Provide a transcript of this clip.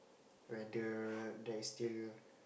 whether there is still